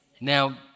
Now